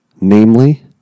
namely